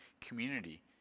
community